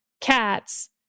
cats